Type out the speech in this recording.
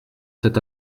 cet